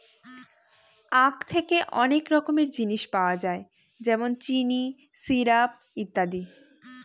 আঁখ থেকে অনেক রকমের জিনিস পাওয়া যায় যেমন চিনি, সিরাপ, ইত্যাদি